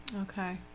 Okay